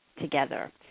together